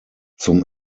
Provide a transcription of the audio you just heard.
zum